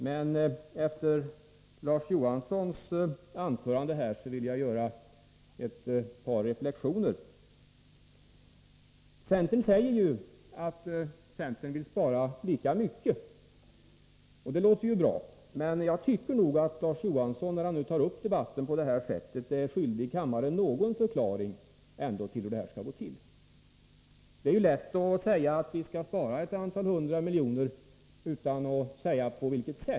Men efter Larz Johanssons anförande vill jag göra ett par reflexioner. Centern säger sig vilja spara lika mycket — och det låter ju bra. Men jag tycker nog att Larz Johansson, när han tar upp debatten på det här sättet, är skyldig kammaren någon förklaring om hur sparandet skall gå till. Det är ju lätt att säga att vi skall spara ett antal hundra miljoner utan att tala om hur.